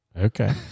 okay